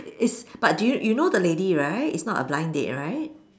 is but d~ you you know the lady right it's not a blind date right